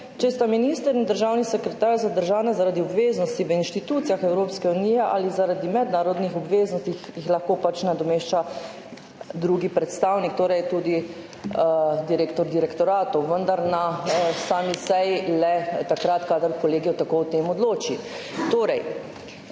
»če sta minister in državni sekretar zadržana zaradi obveznosti v institucijah Evropske unije ali zaradi mednarodnih obveznosti, ju lahko« nadomešča drugi predstavnik, torej tudi direktor direktorata, vendar na sami seji le takrat, kadar kolegij tako o tem odloči.